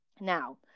now